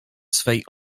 swej